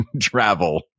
travel